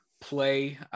play